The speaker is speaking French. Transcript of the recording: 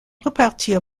repartir